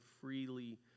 freely